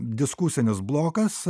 diskusinis blokas